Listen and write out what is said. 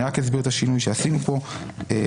אני אסביר את השינוי שעשינו כאן.